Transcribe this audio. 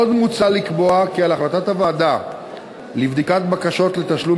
עוד מוצע לקבוע כי על החלטת הוועדה לבדיקת בקשות לתשלום